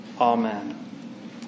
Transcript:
Amen